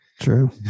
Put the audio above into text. True